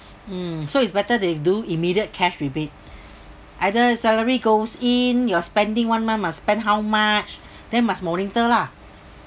um so it's better they do immediate cash rebate either salary goes in your spending one month must spend how much then must monitor lah